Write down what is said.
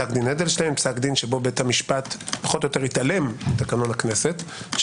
אדלשטיין שבו בית המשפט פחות או יותר התעלם מתקנון הכנסת.